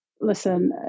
Listen